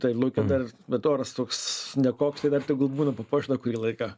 taip lauke dar vat oras toks nekoks tai dar tegul būna papuošta kurį laiką